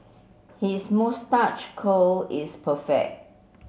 his moustache curl is perfect